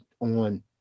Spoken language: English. on